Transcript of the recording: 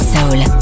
Soul